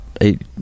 eight